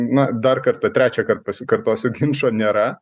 na dar kartą trečiąkart pasikartosiu ginčo nėra